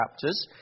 chapters